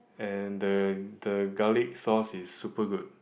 and the the garlic sauce is super good